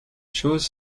choses